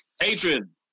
Adrian